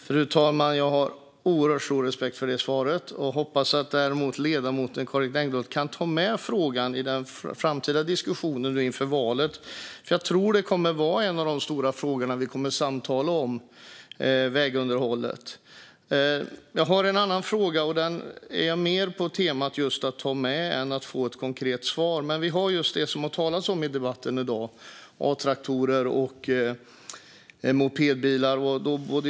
Fru talman! Jag har oerhört stor respekt för det svaret och hoppas att ledamoten Karin Engdahl däremot kan ta med frågan i den framtida diskussionen inför valet. Jag tror att vägunderhållet kommer att vara en av de stora frågor som vi kommer att samtala om. Jag har en annan fråga, och den är mer på temat att ta den med sig än att jag vill ha ett konkret svar. Det har talats i debatten i dag om A-traktorer och mopedbilar.